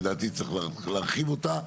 לדעתי צריך להרחיב אותה,